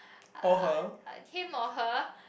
uh him or her